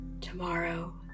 tomorrow